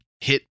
hit